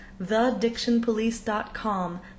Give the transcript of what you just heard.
thedictionpolice.com